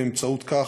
באמצעות זה,